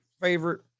favorite